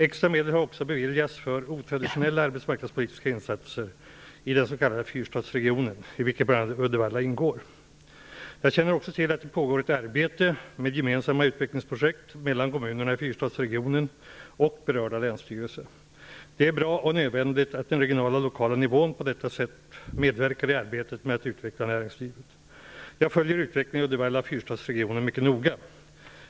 Extra medel har också beviljats för otraditionella arbetsmarknadspolitiska insatser i den s.k. Jag känner också till att det pågår ett arbete med gemensamma utvecklingsprojekt mellan kommunerna i Fyrstadsregionen och berörda länsstyrelser. Det är bra och nödvändigt att den regionala och lokala nivån på detta sätt medverkar i arbetet med att utveckla näringslivet. Jag följer utvecklingen i Uddevalla och i Fyrstadsregionen mycket noga.